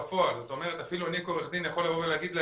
בפועל אפילו אני כעורך דין יכול לבוא ולהגיד להם: